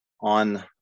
on